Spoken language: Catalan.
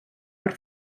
per